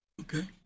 okay